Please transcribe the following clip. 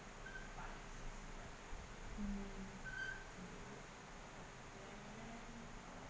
mm